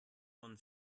von